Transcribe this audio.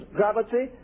gravity